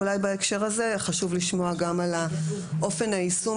אולי בהקשר הזה חשוב לשמוע גם על אופן יישום